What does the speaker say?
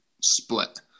split